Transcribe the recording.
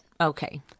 Okay